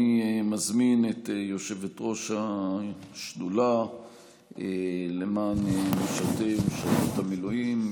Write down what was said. אני מזמין את יושבת-ראש השדולה למען משרתי ומשרתות המילואים,